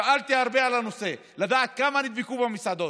שאלתי הרבה על הנושא, לדעת כמה נדבקו במסעדות.